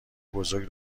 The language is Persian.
بزرگ